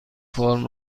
فرم